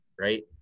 right